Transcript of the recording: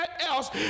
else